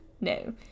No